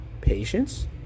patience